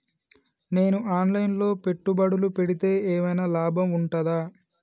నేను online లో పెట్టుబడులు పెడితే ఏమైనా లాభం ఉంటదా?